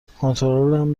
کنترلم